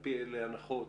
על פי אלו הנחות,